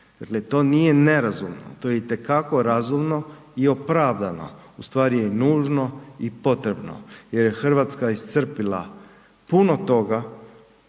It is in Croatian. to nije nerazumno, to je itekako razumno i opravdano, u stvari je nužno i potrebno jer je RH iscrpila puno toga